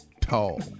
tall